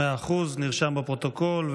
מאה אחוז, נרשם בפרוטוקול.